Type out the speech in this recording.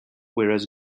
whereas